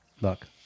look